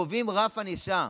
קובעים רף ענישה,